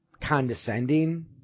condescending